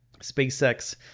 SpaceX